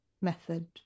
method